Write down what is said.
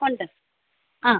ഉണ്ട് ആ